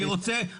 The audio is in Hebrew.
אני רוצה,